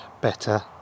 better